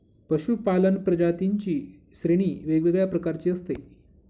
पशूपालन प्रजातींची श्रेणी वेगवेगळ्या प्रकारची असते